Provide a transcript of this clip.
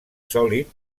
sòlid